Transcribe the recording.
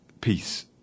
Peace